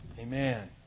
Amen